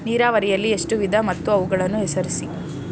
ನೀರಾವರಿಯಲ್ಲಿ ಎಷ್ಟು ವಿಧ ಮತ್ತು ಅವುಗಳನ್ನು ಹೆಸರಿಸಿ?